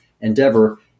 endeavor